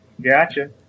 Gotcha